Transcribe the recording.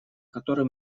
который